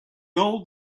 old